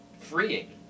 freeing